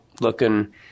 looking